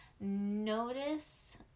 notice